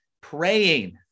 praying